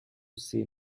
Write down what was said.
say